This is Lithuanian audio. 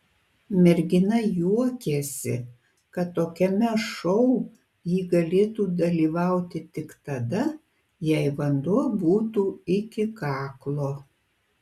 mergina juokėsi kad tokiame šou ji galėtų dalyvauti tik tada jei vanduo būtų iki kaklo